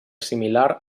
similar